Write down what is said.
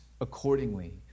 accordingly